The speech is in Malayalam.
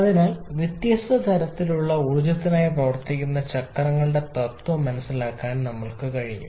അതിനാൽ വ്യത്യസ്ത തരത്തിലുള്ള ഊർജ്ജത്തിനായി പ്രവർത്തിക്കുന്ന ചക്രങ്ങളുടെ തത്വം മനസ്സിലാക്കാൻ നമ്മൾക്കു കഴിഞ്ഞു